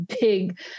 big